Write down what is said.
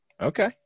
Okay